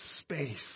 space